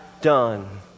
done